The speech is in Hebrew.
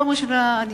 פעם ראשונה אני,